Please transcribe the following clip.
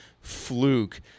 fluke